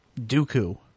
dooku